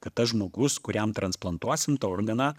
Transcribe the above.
kad tas žmogus kuriam transplantuosim tą organą